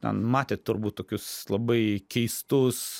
ten matėt turbūt tokius labai keistus